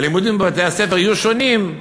הלימודים בבתי-הספר יהיו שונים,